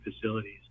facilities